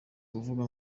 kuvuga